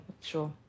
sure